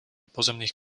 pozemných